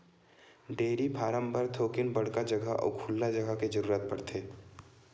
dairy farm बर थोकिन बड़का जघा अउ खुल्ला जघा के जरूरत परथे